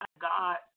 God